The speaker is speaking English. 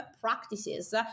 practices